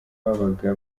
babaga